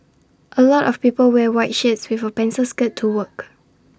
A lot of people wear white shirts with A pencil skirt to work